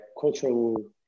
cultural